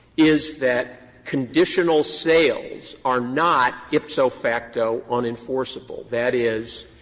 is that conditional sales are not ipso facto unenforceable that is,